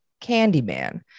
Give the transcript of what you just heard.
Candyman